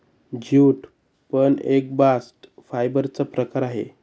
jute पण एक bast fibre चा प्रकार आहे